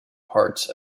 parts